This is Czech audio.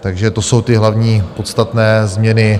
Takže to jsou ty hlavní podstatné změny.